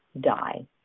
die